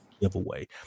giveaway